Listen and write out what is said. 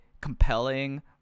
compelling